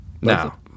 Now